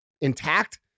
intact